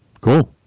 Cool